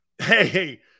Hey